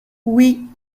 oui